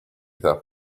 that